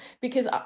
because-